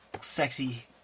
sexy